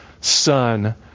Son